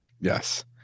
yes